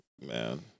Man